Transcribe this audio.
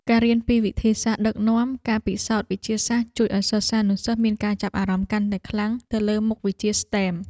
ការរៀនពីវិធីសាស្ត្រដឹកនាំការពិសោធន៍វិទ្យាសាស្ត្រជួយឱ្យសិស្សានុសិស្សមានការចាប់អារម្មណ៍កាន់តែខ្លាំងទៅលើមុខវិជ្ជាស្ទែម។